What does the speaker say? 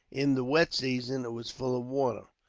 in the wet season it was full of water.